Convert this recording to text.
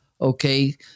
Okay